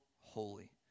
holy